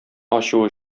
ачуы